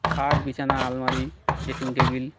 খাট বিছানা আলমারি ড্রেসিং টেবিল